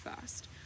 first